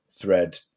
thread